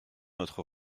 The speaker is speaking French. notre